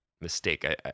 mistake